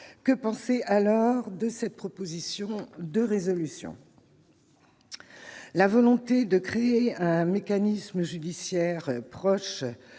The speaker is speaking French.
que penser alors de cette proposition de résolution la volonté de créer un mécanisme judiciaire proche